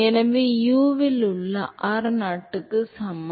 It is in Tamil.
எனவே u இல் உள்ள r0 க்கு சமம்